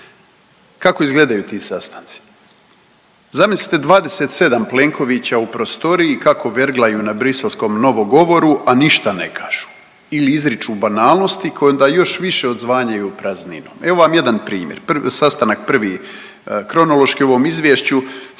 Kako izgledaju ti sastanci? Zamislite 27 Plenkovića u prostoriji kako verglaju na briselskom novogovoru, a ništa ne kažu ili izriču banalnosti koje onda još više odzvanjaju u prazninu. Evo vam jedan primjer. Sastanak prvi kronološki u ovom izvješću.